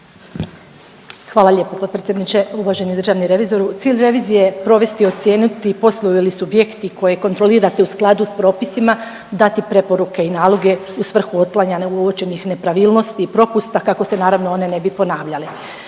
Hvala lijepo potpredsjedniče, uvaženi državni revizoru. Cilj revizije je provesti, ocijeniti posluju li subjekti koje kontrolirate u skladu sa propisima dati preporuke i naloge u svrhu otklanjanja uočenih nepravilnosti i propusta kako se naravno one ne bi ponavljale.